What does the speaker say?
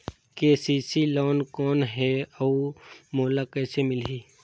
KCC loan कौन हे अउ मोला कइसे मिलही?